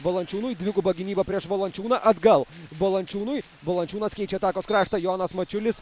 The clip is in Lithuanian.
valančiūnui dviguba gynyba prieš valančiūną atgal valančiūnui valančiūnas keičia atakos kraštą jonas mačiulis